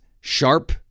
sharp